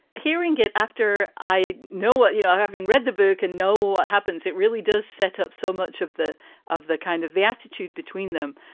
hearing it after i know what you know having read the burkean know happens, it really does set up so much of the of the kind of the attitude between them.